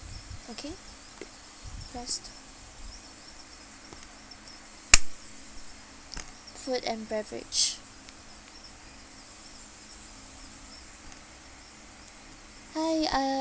okay pressed food and beverage hi uh